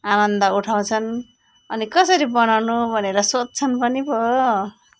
आनन्द उठाउँछन् अनि कसरी बनाउनु भनेर सोद्धछन् पनि पो